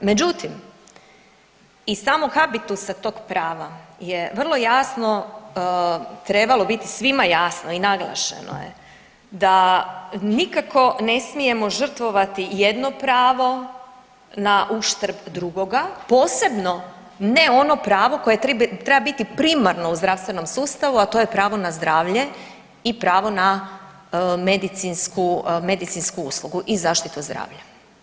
Međutim, iz samog habitusa tog prava je vrlo jasno trebalo biti svima jasno i naglašeno je da nikako ne smijemo žrtvovati jedno pravo na uštrb drugoga, posebno ne ono pravo koje treba biti primarno u zdravstvenom sustavu, a to je pravo na zdravlje i pravo na medicinsku, medicinsku uslugu i zaštita zdravlja.